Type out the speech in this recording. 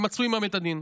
ימצו עימם את הדין.